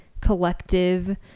collective